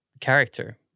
character